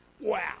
wow